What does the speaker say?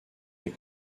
des